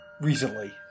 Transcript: recently